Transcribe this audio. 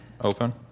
open